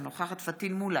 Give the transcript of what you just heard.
אינה נוכחת פטין מולא,